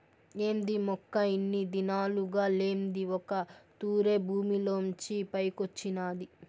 ఏంది మొక్క ఇన్ని దినాలుగా లేంది ఒక్క తూరె భూమిలోంచి పైకొచ్చినాది